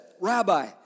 Rabbi